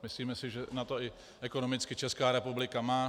Myslíme si, že na to i ekonomicky Česká republika má.